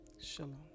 Shalom